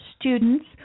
students